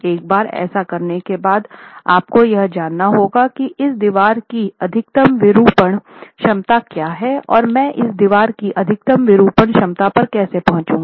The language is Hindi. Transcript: एक बार ऐसा करने के बाद आपको यह जानना होगा कि इस दीवार की अधिकतम विरूपण क्षमता क्या है और मैं इस दीवार की अधिकतम विरूपण क्षमता पर कैसे पहुँचूंगा